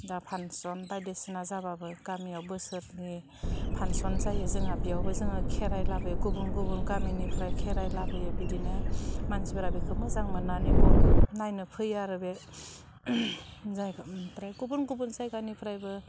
दा फानसन बायदिसिना जाबाबो गामियाव बोसोरनि फानसन जायो जोंहा बियावबो जोङो खेराइ लाबोयो गुबुन गुबुन गामिनिफ्राय खेराइ लाबोयो बिदिनो मानसिफोरा बिखौ मोजां मोननानै बर नायनो फैयो आरो बे जायखौ फ्राय गुबुन गुबुन जायगानिफ्रायबो